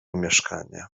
mieszkanie